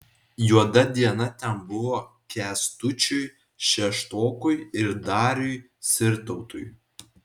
juoda diena ten buvo kęstučiui šeštokui ir dariui sirtautui